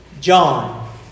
John